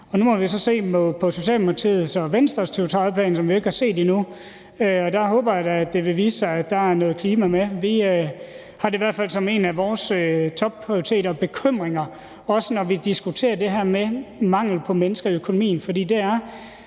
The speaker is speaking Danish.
nu må vi så se på Socialdemokratiets og Venstres 2030-plan, som vi jo ikke har set endnu, og der håber jeg da, at det vil vise sig, at der er noget med om klimaet. Vi har det i hvert fald som en af vores topprioriteter og bekymringer, også når vi diskuterer det her med manglen på mennesker i økonomien.